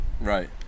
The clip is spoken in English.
Right